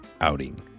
outing